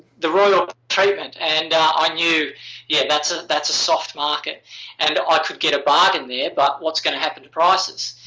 the royal treatment. and i knew yeah that's ah that's a soft market and i could get a bargain there, but what's going to happen to prices?